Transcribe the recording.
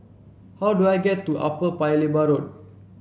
how do I get to Upper Paya Lebar Road